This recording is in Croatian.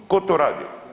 Tko to radi?